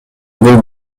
бул